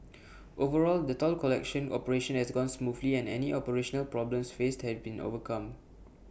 overall the toll collection operation has gone smoothly and any operational problems faced have been overcome